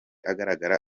agaragara